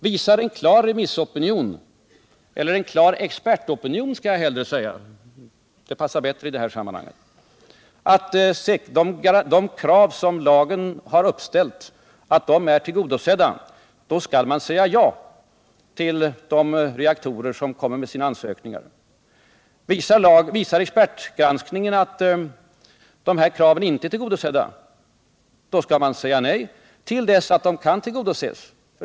Visar en klar expertopinion — det uttrycket passar bättre i det här sammanhanget än remissopinion — att de krav som lagen har uppställt är tillgodosedda, då skall man säga ja till de reaktorer som det kommer ansökningar om. Visar expertgranskningen att de här kraven inte är tillgodosedda, då skall man säga nej, till dess att de kan tillgodoses.